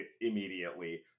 immediately